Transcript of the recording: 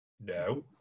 no